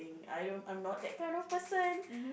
I don't I'm not that kind of person